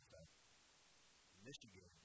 Michigan